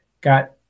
Got